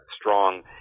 strong